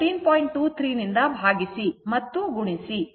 23 ನಿಂದ ಭಾಗಿಸಿ ಮತ್ತು ಗುಣಿಸಿ